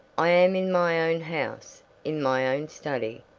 i am in my own house, in my own study,